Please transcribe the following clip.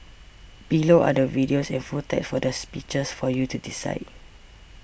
below are the videos and full text for the speeches for you to decide